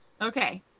Okay